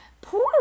poor